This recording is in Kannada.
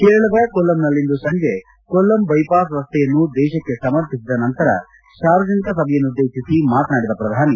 ಕೇರಳದ ಕೊಲ್ಲಂನಲ್ಲಿಂದು ಸಂಜೆ ಕೊಲ್ಲಂ ಬೈಪಾಸ್ ರಸ್ತೆಯನ್ನು ದೇಶಕ್ಕೆ ಸಮರ್ಪಿಸಿದ ನಂತರ ಸಾರ್ವಜನಿಕ ಸಭೆಯನ್ನುದ್ದೇಶಿಸಿ ಮಾತನಾಡಿದ ಪ್ರಧಾನಿ